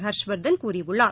ஹர்ஷ்வர்தன் கூறியுள்ளார்